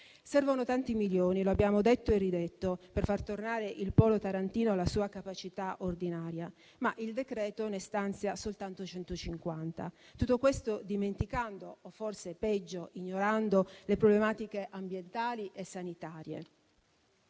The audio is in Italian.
Servono tanti milioni - lo abbiamo detto e ridetto - per far tornare il polo Tarantino alla sua capacità ordinaria, ma il decreto ne stanzia soltanto 150; tutto questo dimenticando o forse, peggio, ignorando le problematiche ambientali e sanitarie.